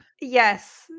Yes